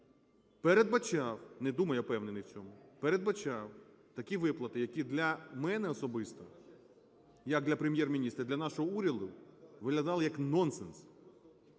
передбачав… Не думаю, а впевнений в цьому, передбачав такі виплати, які для мене особисто як для Прем’єр-міністра і для нашого уряду виглядали як нонсенс.